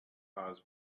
cause